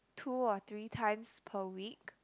two or three times per week